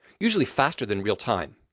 usually faster than real time.